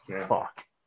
Fuck